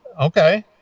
Okay